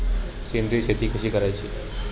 सेंद्रिय शेती कशी करायची?